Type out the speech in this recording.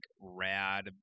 rad